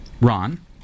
Ron